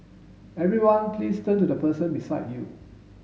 everyone please turn to the person beside you